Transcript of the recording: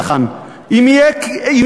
אם יהיה כדאי לבוא לכאן,